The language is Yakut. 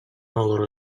олоро